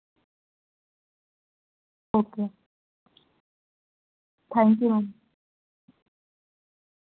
okay thank you ma'am